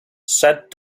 sat